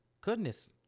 goodness